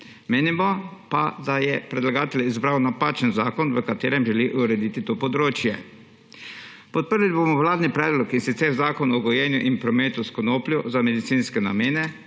Menimo pa, da je predlagatelj izbral napačen zakon, v katerem želi urediti to področje. Podprli bomo vladni predlog, in sicer zakon o gojenju in prometu s konopljo za medicinske namene,